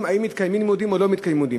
אם מתקיימים לימודים או לא מתקיימים לימודים.